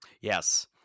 Yes